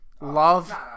love